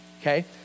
okay